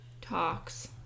talks